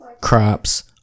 crops